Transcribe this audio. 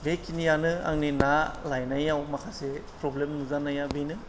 बेखिनियानो आंनि ना लायनायाव माखासे प्रब्लेम नुजानाया बेनो